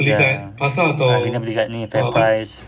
ya kadang-kadang beli kat ni fairprice